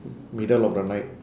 middle of the night